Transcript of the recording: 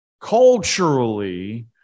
Culturally